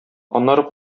аннары